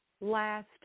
last